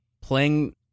playing